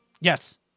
Yes